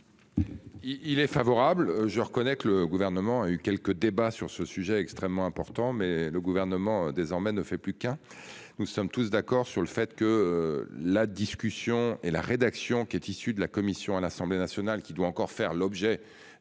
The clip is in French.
Il est favorable. Je reconnais que le gouvernement a eu quelques débats sur ce sujet extrêmement important mais le gouvernement désormais ne fait plus qu'un. Nous sommes tous d'accord sur le fait que la discussion et la rédaction qui est issu de la commission à l'Assemblée nationale qui doit encore faire l'objet